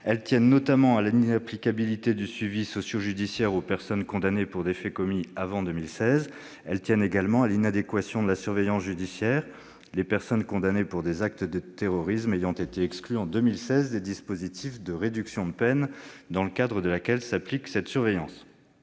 Elles tiennent notamment à l'inapplicabilité du suivi socio-judiciaire aux personnes condamnées pour des faits commis avant 2016. Elles tiennent également à l'inadéquation de la surveillance judiciaire, les personnes condamnées pour des actes terroristes ayant été exclues en 2016 des dispositifs de réduction de peine dans le cadre de laquelle s'applique cette surveillance.